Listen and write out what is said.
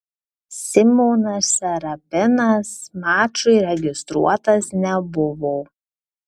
simonas serapinas mačui registruotas nebuvo